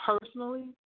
personally